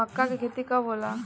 मक्का के खेती कब होला?